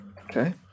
Okay